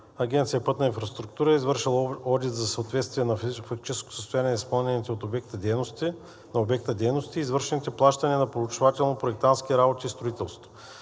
Агенция „Пътна инфраструктура“ е извършила одит за съответствие на физическо състояние на изпълнените от обекта дейности и извършените плащания на проучвателно-проектантски работи и строителство.